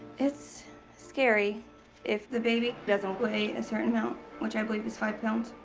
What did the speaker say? it's scary if the baby doesn't weigh a certain amount, which i believe is five pounds,